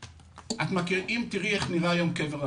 אם תראי איך נראה היום קבר רחל,